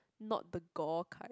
not the gore kind